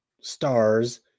stars